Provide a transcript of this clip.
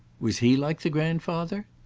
was he like the grandfather?